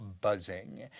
buzzing